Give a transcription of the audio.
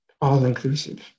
all-inclusive